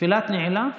תפילת נעילה.